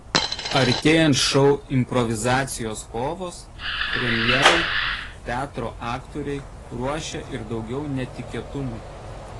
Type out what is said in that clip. artėjant šou improvizacijos kovos premjerai teatro aktoriai ruošia ir daugiau netikėtumų